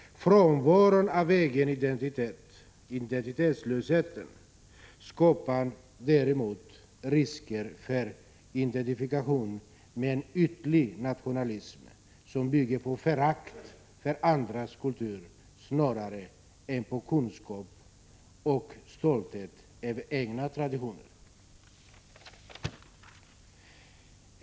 Frånvaron av egen identitet — identitetslöshet — skapar däremot risker för identifikation med en ytlig nationalism, som bygger på förakt för andras kultur snarare än på kunskap och stolthet över egna traditioner.